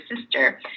sister